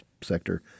sector